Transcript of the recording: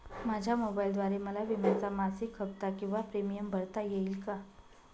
माझ्या मोबाईलद्वारे मला विम्याचा मासिक हफ्ता किंवा प्रीमियम भरता येईल का?